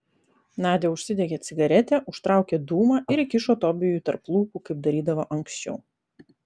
nadia užsidegė cigaretę užtraukė dūmą ir įkišo tobijui tarp lūpų kaip darydavo anksčiau